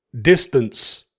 distance